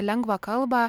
lengvą kalbą